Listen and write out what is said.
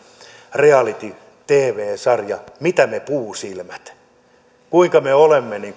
reality tv sarjan mitä me puusilmät tästä kuinka me olemme